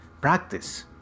practice